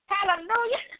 Hallelujah